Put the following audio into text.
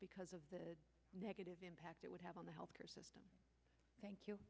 because of the negative impact it would have on the health care system thank you